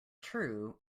true